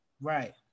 Right